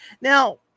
now